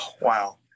Wow